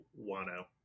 Wano